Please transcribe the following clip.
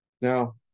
Now